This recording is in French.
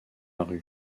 rue